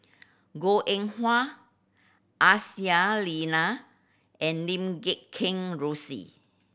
Goh Eng Wah Aisyah Lyana and Lim Kheng Rosie